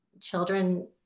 children